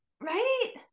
right